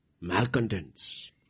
Malcontents